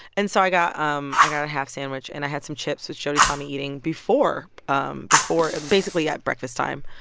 and so i got um i got a half sandwich, and i had some chips, which jody saw me eating before um before basically, at breakfast time.